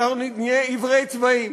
ואנחנו נהיה עיוורי צבעים.